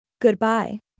Goodbye